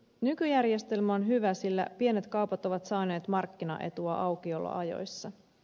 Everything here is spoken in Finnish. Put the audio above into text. nykyjärjestelmä on hyvä sillä pienet kaupat ovat saaneet markkinaetua aukioloajoissa